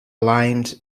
lined